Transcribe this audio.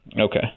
Okay